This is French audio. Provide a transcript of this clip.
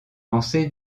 lancé